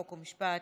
חוק ומשפט,